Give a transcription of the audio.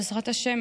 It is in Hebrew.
בעזרת השם,